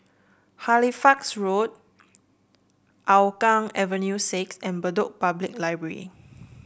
Halifax Road Hougang Avenue Six and Bedok Public Library